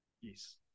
Yes